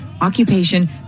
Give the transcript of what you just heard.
occupation